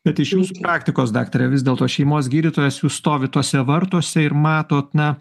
bet iš jūsų praktikos daktare vis dėlto šeimos gydytojas jūs stovit tuose vartuose ir matot na